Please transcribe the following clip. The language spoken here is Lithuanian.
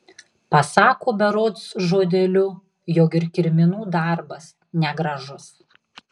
pasako berods žodeliu jog ir kirminų darbas negražus